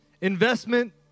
Investment